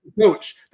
coach